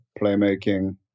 playmaking